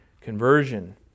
conversion